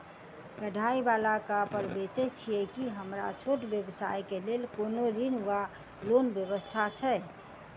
कढ़ाई वला कापड़ बेचै छीयै की हमरा छोट व्यवसाय केँ लेल कोनो ऋण वा लोन व्यवस्था छै?